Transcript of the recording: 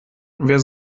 wer